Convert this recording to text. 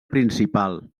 principal